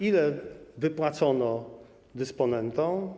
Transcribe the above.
Ile wypłacono dysponentom?